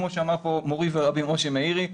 כמו אמר כאן מורי ורבי משה מאירי,